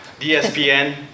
ESPN